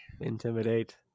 intimidate